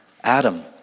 Adam